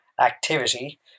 activity